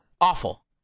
awful